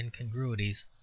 incongruities